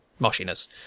moshiness